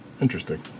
Interesting